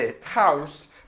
house